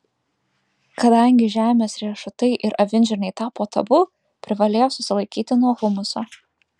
kadangi žemės riešutai ir avinžirniai tapo tabu privalėjo susilaikyti nuo humuso